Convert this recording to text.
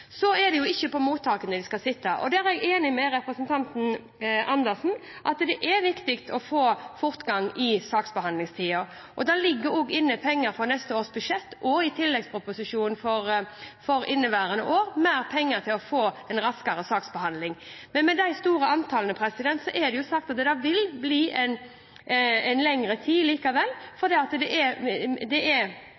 Det er ikke på mottakene de skal sitte. Der er jeg enig med representanten Andersen, det er viktig å få fortgang i saksbehandlingstida. Det ligger inne penger i neste års budsjett og i tilleggsproposisjonen for inneværende år for å få en raskere saksbehandling, men med de store antallene vil det likevel ta lengre tid fordi det er begrensninger på hvor mye man klarer å ta unna. Regjeringen gjør så godt den kan på dette feltet. Det er viktig at de det